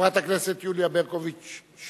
חברת הכנסת יוליה ברקוביץ-שמאלוב,